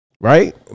Right